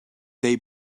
they